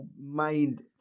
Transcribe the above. mind